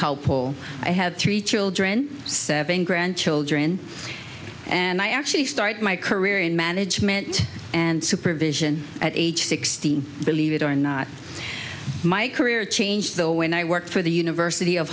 couple i have three children seven grandchildren and i actually started my career in management and supervision at age sixteen believe it or not my career change though when i worked for the university of